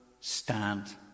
Stand